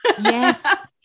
Yes